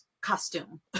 costume